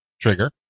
trigger